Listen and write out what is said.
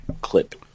clip